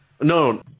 No